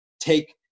take